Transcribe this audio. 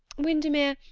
windermere,